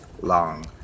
long